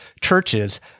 churches—